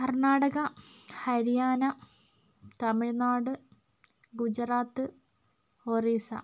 Karnataka Haryana Tamil Nadu Gujarat Orissa